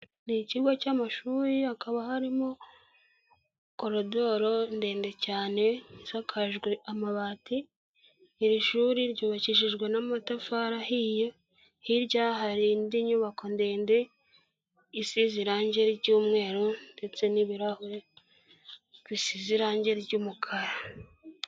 Ni ikigo cy'amashuri hakaba harimo koridoro ndende cyane isakajwe amabati, iri shuri ryubakishijwe n'amatafari ahiye, hirya hari indi nyubako ndende isi zirangi icyumweru ndetse n'ibirahure bisize irangi ry'umukara.